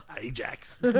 Ajax